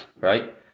Right